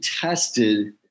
tested